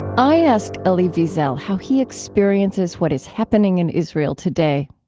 i asked elie wiesel how he experiences what is happening in israel today